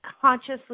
consciously